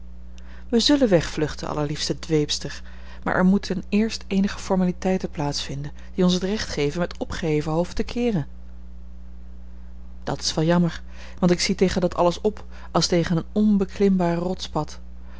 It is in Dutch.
we zullen wegvluchten allerliefste dweepster maar er moeten eerst eenige formaliteiten plaats vinden die ons het recht geven met opgeheven hoofd te keeren dat is wel jammer want ik zie tegen dat alles op als tegen een onbeklimbaar rotspad